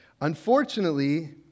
Unfortunately